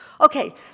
Okay